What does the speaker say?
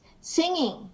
singing